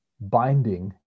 binding